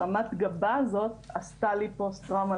הרמת גבה הזאת לבד עשתה לי פוסט-טראומה.